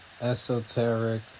esoteric